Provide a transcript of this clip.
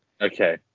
Okay